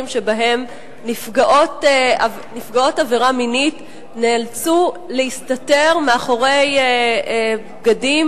שבהם נפגעות עבירה מינית נאלצו להסתתר מאחורי בגדים